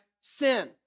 sin